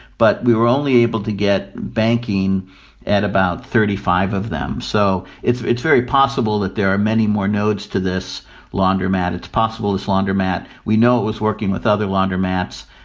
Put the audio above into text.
but we were only able to get banking at about thirty five of them. so it's it's very possible that there are many more nodes to this laundromat. it's possible this laundromat, we know is working with other laundromats,